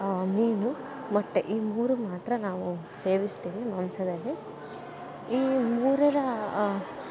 ಮೀನು ಮೊಟ್ಟೆ ಈ ಮೂರು ಮಾತ್ರ ನಾವು ಸೇವಿಸ್ತೀವಿ ಮಾಂಸದಲ್ಲಿ ಈ ಮೂರರ